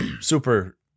super